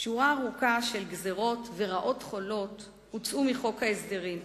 שורה ארוכה של גזירות ורעות חולות הוצאו מחוק ההסדרים,